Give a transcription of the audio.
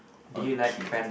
okay